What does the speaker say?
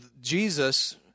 Jesus